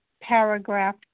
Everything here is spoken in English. paragraph